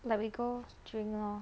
but we go drink lor